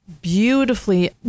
Beautifully